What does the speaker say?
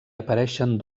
apareixen